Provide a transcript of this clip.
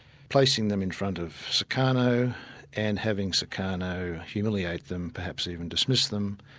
placing them in front of sukarno and having sukarno humiliate them, perhaps even dismiss them,